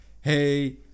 hey